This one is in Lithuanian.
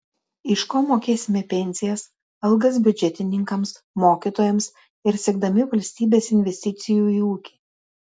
iš ko mokėsime pensijas algas biudžetininkams mokytojams ir siekdami valstybės investicijų į ūkį